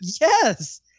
Yes